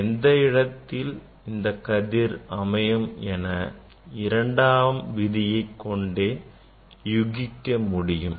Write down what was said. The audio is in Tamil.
எந்த இடத்தில் அந்த கதிர் அமையும் என இரண்டாம் விதியை கொண்டே யூகிக்க முடியும்